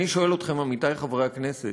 אני שואל אתכם, עמיתי חברי הכנסת,